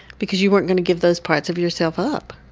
because you weren't going to give those parts of yourself up.